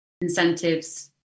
incentives